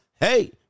Hey